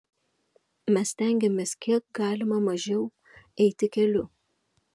mes stengiamės kiek galima mažiau eiti keliu